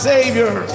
Savior